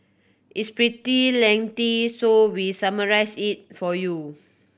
it's pretty lengthy so we summarised it for you